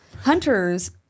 hunters